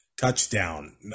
touchdown